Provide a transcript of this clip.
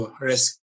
risk